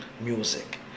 music